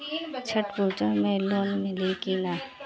छठ पूजा मे लोन मिली की ना?